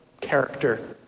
character